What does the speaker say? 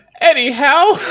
Anyhow